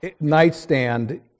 nightstand